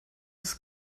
ist